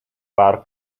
war